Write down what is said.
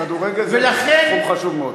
כדורגל זה תחום חשוב מאוד.